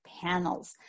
panels